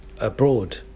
abroad